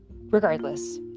Regardless